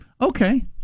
Okay